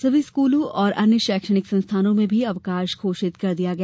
सभी स्कूलों और अन्य शैक्षणिक संस्थानों में भी अवकाश घोषित कर दिया गया